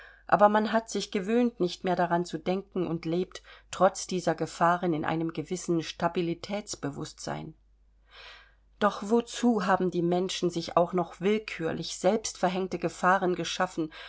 aber man hat sich gewöhnt nicht mehr daran zu denken und lebt trotz dieser gefahren in einem gewissen stabilitätsbewußtsein doch wozu haben die menschen sich auch noch willkürlich selbst verhängte gefahren geschaffen